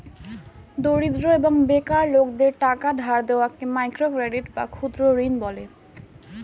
দরিদ্র এবং বেকার লোকদের টাকা ধার দেওয়াকে মাইক্রো ক্রেডিট বা ক্ষুদ্র ঋণ বলা হয়